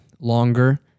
Longer